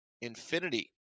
Infinity